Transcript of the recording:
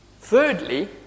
Thirdly